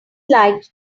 like